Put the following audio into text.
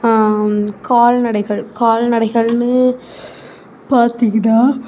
கால்நடைகள் கால்நடைகள்னு பார்த்திங்கன்னா